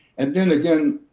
and then, again,